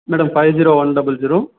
madam five zero one double zero